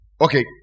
Okay